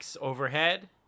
overhead